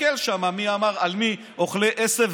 תסתכל שם מי אמר על מי אוכלי עשב,